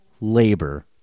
labor